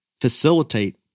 facilitate